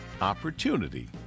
Opportunity